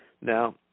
Now